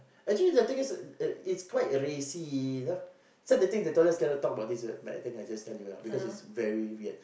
actually the thing is it it's quite racy you know so the thing is they told us cannot talk about this but but I think I just tell you lah because it's very weird